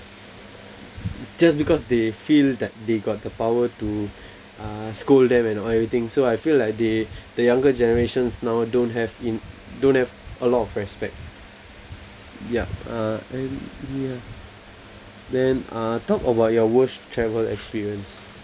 just because they feel that they got the power to uh scold them and all everything so I feel like they the younger generations now don't have e~ don't have a lot of respect ya uh and ya then uh talk about your worst travel experience